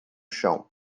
chão